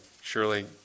surely